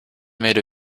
made